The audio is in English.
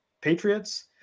Patriots